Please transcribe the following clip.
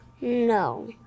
No